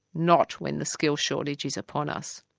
not when the skills shortage is upon us.